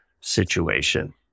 situation